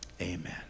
amen